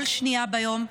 כל שנייה ביום,